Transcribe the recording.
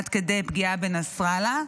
עד כדי פגיעה בנסראללה.